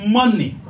money